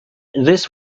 this